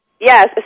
Yes